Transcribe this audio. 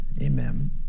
amen